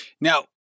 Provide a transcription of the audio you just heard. now